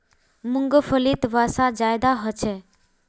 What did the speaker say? मूंग्फलीत वसा ज्यादा होचे